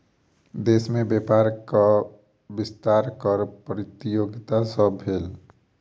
देश में व्यापारक विस्तार कर प्रतियोगिता सॅ भेल